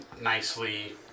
nicely